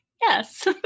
Yes